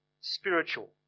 spiritual